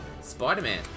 Spider-Man